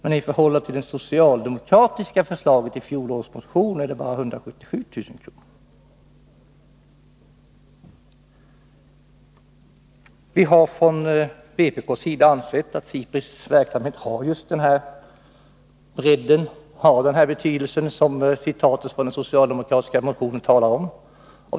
I förhållande till det socialdemokratiska förslaget i fjolårets motion är höjningen bara 177 000 kr. Vi från vpk har ansett att SIPRI:s verksamhet har just den bredd och betydelse som citatet ur den socialdemokratiska motionen talar om.